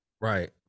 Right